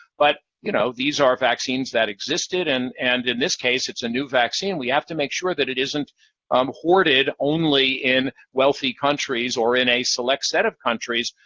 but you know these are vaccines that existed and, and in this case, it's a new vaccine. we have to make sure that it isn't um hoarded only in wealthy countries or in a select set of countries.